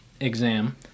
exam